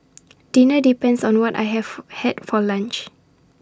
dinner depends on what I have had for lunch